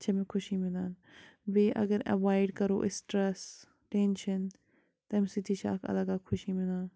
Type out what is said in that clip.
چھےٚ مےٚ خوشی مِلان بیٚیہِ اگر اٮ۪وایِڈ کَرو أسۍ سِٹرٛٮ۪س ٹٮ۪نشَن تَمہِ سۭتۍ تہِ چھےٚ اَکھ اَلگ اَکھ خوشی مِلان